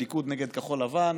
הליכוד נגד כחול לבן,